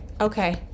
Okay